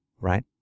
right